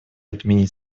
отменить